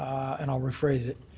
and i'll rephrase it,